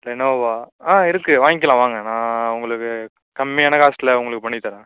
Lenovo ஆ இருக்குது வாய்ங்கிகலாம் வாங்க நான் உங்களுக்கு கம்மியான காஸ்ட்டில் உங்களுக்கு பண்ணித் தரேன்